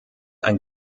ein